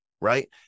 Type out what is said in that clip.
right